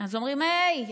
אז אומרים: היי,